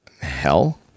hell